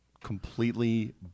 completely